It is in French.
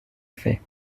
fait